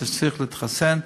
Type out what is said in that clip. שצריך להתחסן.